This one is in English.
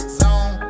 zone